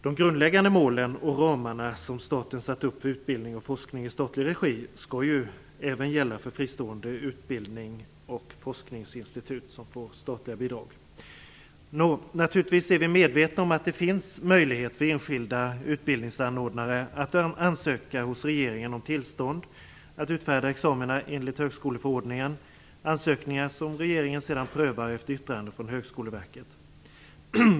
De grundläggande målen och ramarna som staten har satt upp för utbildning och forskning i statlig regi skall ju även gälla för fristående utbildnings och forskningsinstitut som får statliga bidrag. Naturligtvis är vi medvetna om att det finns möjligheter för enskilda utbildningsanordnare att hos regeringen ansöka om tillstånd att utfärda examina enligt högskoleförordningen, ansökningar som regeringen sedan prövar efter yttrande från Högskoleverket.